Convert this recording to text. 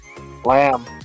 Lamb